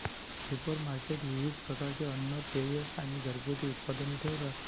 supermarket विविध प्रकारचे अन्न, पेये आणि घरगुती उत्पादने ठेवतात